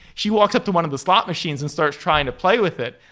she walks up to one of the slot machines and start trying to play with it.